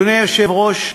אדוני היושב-ראש,